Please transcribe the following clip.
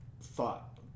thought